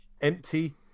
empty